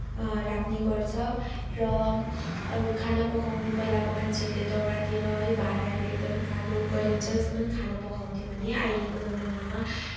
राख्नेगर्छ र अरू खाना पकाउनु पहिलाको मान्छेहरूले दाउरातिर है भाँडाहरू एकदमै कालो गरुन्जेलसम्म खाना पकाउँथ्यो भने यो अहिलेको जमानामा